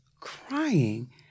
crying